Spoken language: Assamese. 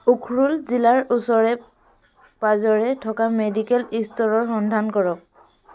উখৰুল জিলাৰ ওচৰে পাঁজৰে থকা মেডিকেল ষ্ট'ৰৰ সন্ধান কৰক